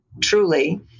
truly